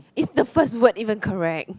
is the first word even correct